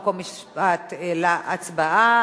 חוק ומשפט להצבעה.